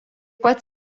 pat